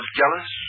jealous